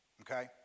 okay